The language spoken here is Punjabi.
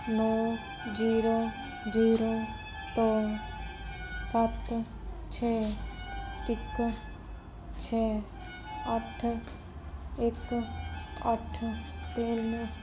ਨੌਂ ਜ਼ੀਰੋ ਜ਼ੀਰੋ ਤੋਂ ਸੱਤ ਛੇ ਇੱਕ ਛੇ ਅੱਠ ਇੱਕ ਅੱਠ ਤਿੰਨ